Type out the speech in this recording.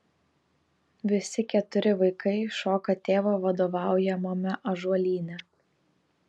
visi keturi vaikai šoka tėvo vadovaujamame ąžuolyne